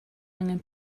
angen